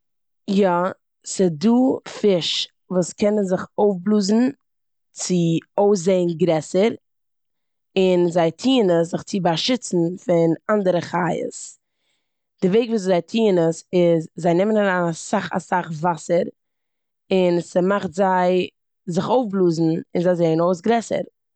יא, ס'דא פיש וואס קענען זיך אויפבלאזן אויסציזען גרעסער און זיי טוען עס זיך צו באשיצן פון אנדערע חיות. די וועג וויאזוי זיי טוען עס איז זיי נעמען אריין אסאך אסאך וואסער און ס'מאכט זיי זיך זיך אויפבלאזן און זיי זעען אויס גרעסער.